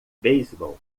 beisebol